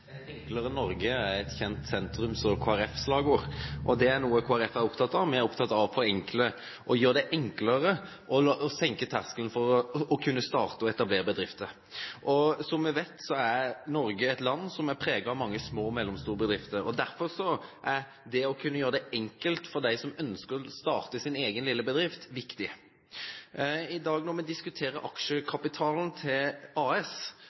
Et enklere Norge, er et kjent sentrums- og Kristelig Folkeparti-slagord, og det er noe Kristelig Folkeparti er opptatt av. Vi er opptatt av å forenkle og å gjøre det enklere å senke terskelen for å kunne starte og etablere bedrifter. Som vi vet, er Norge et land som er preget av mange små og mellomstore bedrifter. Derfor er det å kunne gjøre det enkelt for dem som ønsker å starte sin egen lille bedrift, viktig. Når vi i dag diskuterer aksjekapitalen til AS,